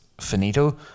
finito